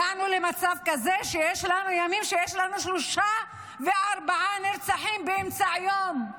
הגענו למצב כזה שיש ימים שיש בהם שלושה וארבעה נרצחים באמצע היום,